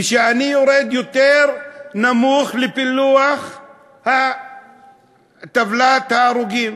וכשאני יורד נמוך יותר לפילוח טבלת ההרוגים,